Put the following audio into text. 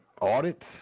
audit